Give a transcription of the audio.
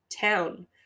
town